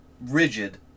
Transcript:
rigid